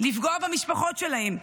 לפגוע במשפחות שלהם.